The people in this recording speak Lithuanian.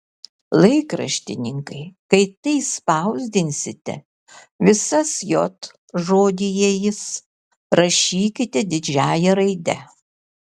laikraštininkai kai tai spausdinsite visas j žodyje jis rašykit didžiąja raide